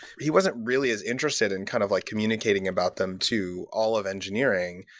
he wasn't really as interested in kind of like communicating about them to all of engineering,